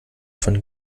von